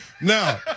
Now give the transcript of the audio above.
Now